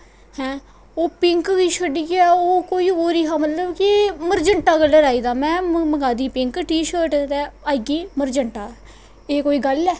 हैं ओह् पिंक गी छड्डियै कुछ होर गै हा कि मतलब मर्जैंटा कल्लर आई दा हा में मंगवाई दी ही पिंक टीशर्ट ते आई गेई मर्जैंटा एह् कोई गल्ल ऐ